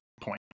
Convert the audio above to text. point